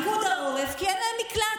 כי אין להם מקלט.